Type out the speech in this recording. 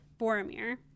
Boromir